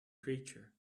creature